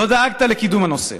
לא דאגת לקידום הנושא.